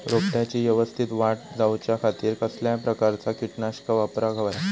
रोपट्याची यवस्तित वाढ जाऊच्या खातीर कसल्या प्रकारचा किटकनाशक वापराक होया?